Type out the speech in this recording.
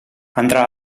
andrà